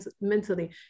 mentally